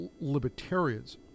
libertarians